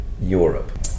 Europe